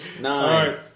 Nine